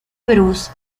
bruce